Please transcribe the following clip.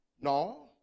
No